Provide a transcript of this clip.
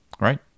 Right